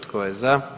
Tko je za?